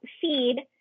feed